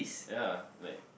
ya like